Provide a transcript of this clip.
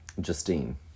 justine